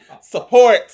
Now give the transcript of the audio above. support